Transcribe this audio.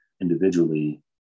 individually